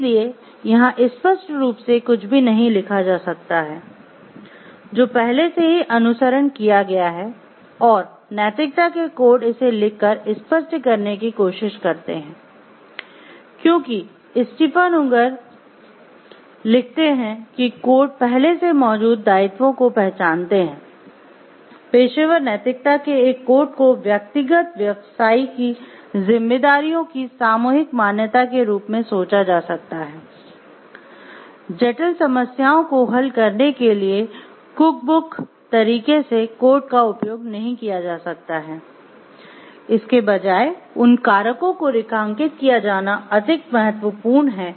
इसलिए यहाँ स्पष्ट रूप से कुछ भी नहीं लिखा जा सकता है जो पहले से ही अनुसरण तरीके से कोड का उपयोग नहीं किया जा सकता है इसके बजाय उन कारकों को रेखांकित किया जाना अधिक महत्वपूर्ण हैं